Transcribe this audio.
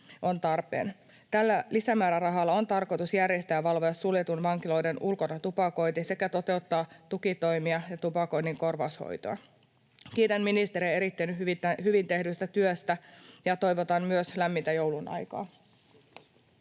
Tällä lisämäärärahalla on tarkoitus järjestää ja valvoa suljettujen vankiloiden ulkona tupakointi sekä toteuttaa tukitoimia ja tupakoinnin korvaushoitoa. Kiitän ministeriä erittäin hyvin tehdystä työstä ja toivotan myös lämmintä joulunaikaa.